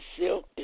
silk